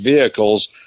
vehicles